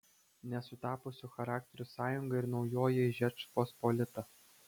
nesutapusių charakterių sąjunga ir naujoji žečpospolita